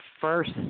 first